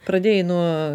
pradėjai nuo